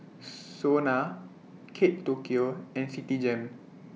Sona Kate Tokyo and Citigem